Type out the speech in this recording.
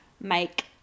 Mike